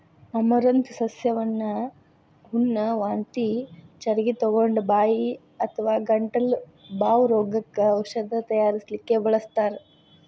amaranth ಸಸ್ಯವನ್ನ ಹುಣ್ಣ, ವಾಂತಿ ಚರಗಿತೊಗೊಂಡ, ಬಾಯಿ ಅಥವಾ ಗಂಟಲ ಬಾವ್ ರೋಗಕ್ಕ ಔಷಧ ತಯಾರಿಸಲಿಕ್ಕೆ ಬಳಸ್ತಾರ್